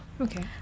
Okay